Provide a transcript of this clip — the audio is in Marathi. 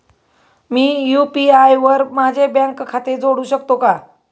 मी यु.पी.आय वर माझे बँक खाते जोडू शकतो का?